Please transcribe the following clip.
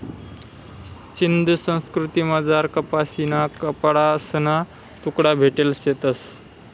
सिंधू संस्कृतीमझार कपाशीना कपडासना तुकडा भेटेल शेतंस